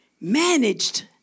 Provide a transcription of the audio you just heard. managed